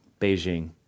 Beijing